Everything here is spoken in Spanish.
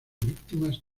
víctimas